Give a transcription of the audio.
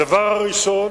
הדבר הראשון,